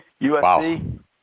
USC